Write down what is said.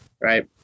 Right